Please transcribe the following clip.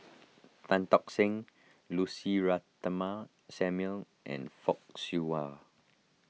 Tan Tock Seng Lucy Ratnammah Samuel and Fock Siew Wah